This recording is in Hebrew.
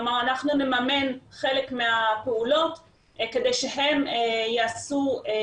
כלומר אנחנו נממן חלק מהפעולות כדי שהם ישתמשו